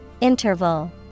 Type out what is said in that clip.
Interval